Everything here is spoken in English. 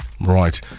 Right